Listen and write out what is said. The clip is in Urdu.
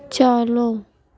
چالو